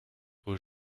aux